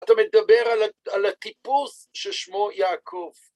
אתה מדבר על הטיפוס ששמו יעקב.